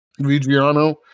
Vigiano